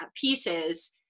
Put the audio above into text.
pieces